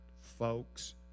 folks